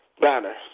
banner